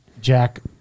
Jack